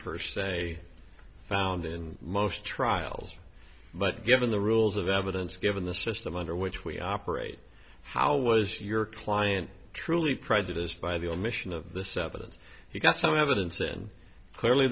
per se found in most trials but given the rules of evidence given the system under which we operate how was your client truly prejudiced by the omission of the service if you got some evidence and clearly